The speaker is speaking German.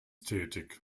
tätig